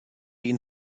ihn